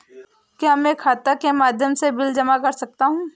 क्या मैं खाता के माध्यम से बिल जमा कर सकता हूँ?